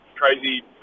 crazy